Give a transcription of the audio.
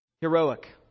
heroic